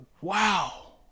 wow